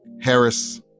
Harris